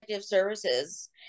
Services